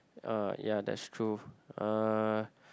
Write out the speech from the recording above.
uh yeah that's true uh